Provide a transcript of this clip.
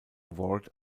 award